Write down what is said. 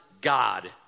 God